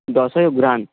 দশই অঘ্রান